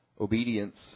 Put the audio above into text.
obedience